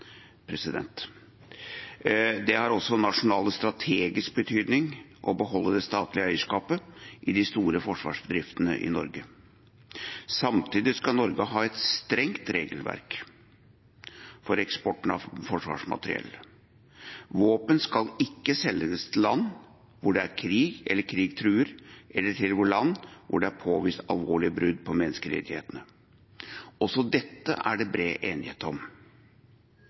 Det har også nasjonal strategisk betydning å beholde det statlige eierskapet i de store forsvarsbedriftene i Norge. Samtidig skal Norge ha et strengt regelverk for eksporten av forsvarsmateriell. Våpen skal ikke selges til land hvor det er krig eller krig truer, eller til land hvor det er påvist alvorlige brudd på menneskerettighetene. Også dette er det bred enighet om.